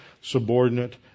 subordinate